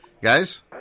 Guys